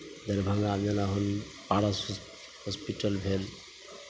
दरभंगामे जेना होल पारस हॉस हॉस्पिटल भेल